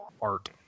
art